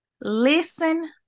Listen